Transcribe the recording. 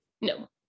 No